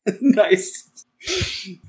Nice